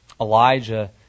Elijah